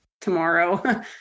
tomorrow